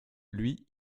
lui